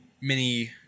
mini